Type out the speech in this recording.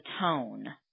tone